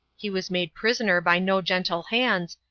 he was made prisoner by no gentle hands,